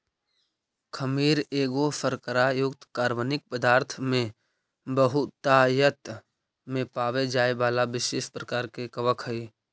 खमीर एगो शर्करा युक्त कार्बनिक पदार्थ में बहुतायत में पाबे जाए बला विशेष प्रकार के कवक हई